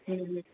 હા